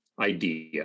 idea